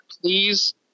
please